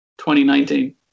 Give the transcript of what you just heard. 2019